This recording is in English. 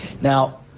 Now